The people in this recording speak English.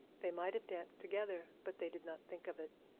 they might have danced together, but they did not think of it.